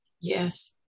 Yes